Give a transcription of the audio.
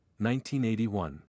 1981